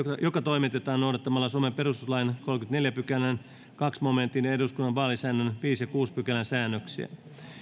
joka toimitetaan noudattamalla suomen perustuslain kolmannenkymmenennenneljännen pykälän toisen momentin ja eduskunnan vaalisäännön viidennen ja kuudennen pykälän säännöksiä